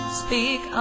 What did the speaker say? speak